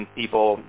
people